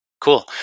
Cool